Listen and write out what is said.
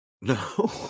No